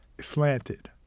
slanted